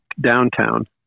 downtown